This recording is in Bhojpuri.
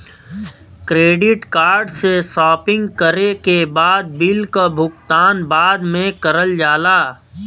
क्रेडिट कार्ड से शॉपिंग करे के बाद बिल क भुगतान बाद में करल जाला